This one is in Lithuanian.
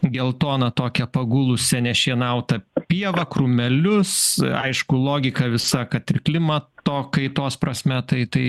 geltoną tokią pagulusią nešienautą pievą krūmelius aišku logika visa kad ir klimato kaitos prasme tai tai